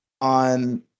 on